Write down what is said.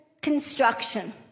construction